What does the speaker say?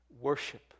Worship